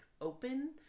open